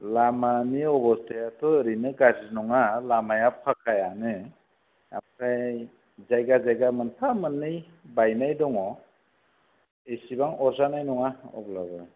लामानि अबसथायाथ' ओरैनो गाज्रि नङा लामाया फाखायानो ओमफ्राय जायगा जायगा मोनफा मोननै बायनाय दङ इसेबां अरजानाय नङा अब्लाबो